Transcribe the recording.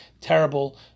terrible